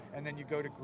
and then you go to group,